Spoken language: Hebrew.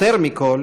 יותר מכול